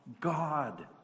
God